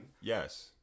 Yes